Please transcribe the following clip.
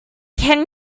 can